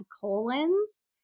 colons